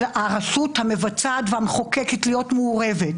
הרשות המבצעת והמחוקקת להיות מעורבת.